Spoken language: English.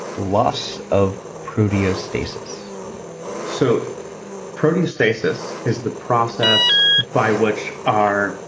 loss of proteostasis so proteostasis is the process by which our